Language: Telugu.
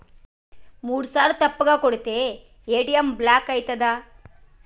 మూడుసార్ల తప్పుగా కొడితే ఏ.టి.ఎమ్ బ్లాక్ ఐతదా?